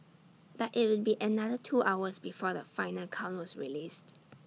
but IT would be another two hours before the final count was released